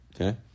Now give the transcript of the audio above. okay